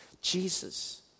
Jesus